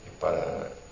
Para